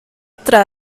adre